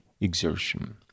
exertion